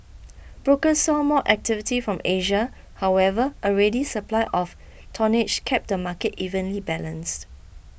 brokers saw more activity from Asia however a ready supply of tonnage kept the market evenly balanced